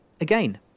Again